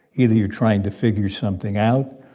either you're trying to figure something out.